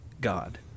God